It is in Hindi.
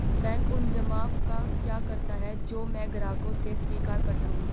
बैंक उन जमाव का क्या करता है जो मैं ग्राहकों से स्वीकार करता हूँ?